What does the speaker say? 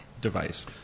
device